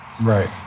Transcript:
Right